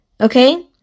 okay